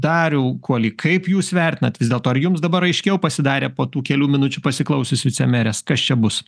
dariau kuoly kaip jūs vertinat vis dėlto ar jums dabar aiškiau pasidarė po tų kelių minučių pasiklausius vicemerės kas čia bus